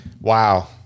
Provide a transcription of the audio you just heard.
wow